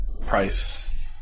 price